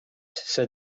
said